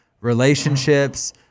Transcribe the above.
relationships